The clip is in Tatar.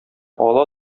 ала